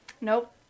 Nope